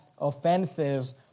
offenses